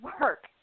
work